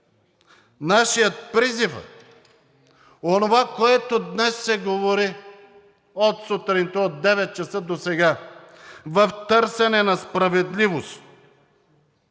нашият призив е, онова, което днес се говори от сутринта, от 9,00 ч. до сега, в търсене на справедливост